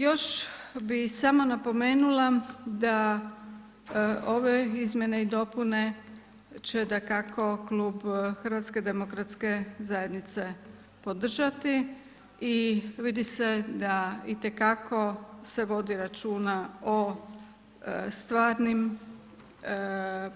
Još bi samo napomenula da ove izmjene i dopune će dakako Klub HDZ-a podržati i vidi se da itekako se vodi računa o stvarnim